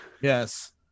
Yes